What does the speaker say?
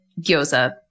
gyoza